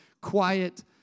quiet